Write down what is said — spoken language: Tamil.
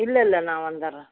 இல்லை இல்லை நான் வந்துடுறேன்